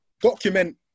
document